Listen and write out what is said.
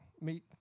meet